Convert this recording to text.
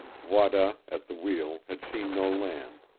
wada, at the wheel, had seen no land.